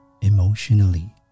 emotionally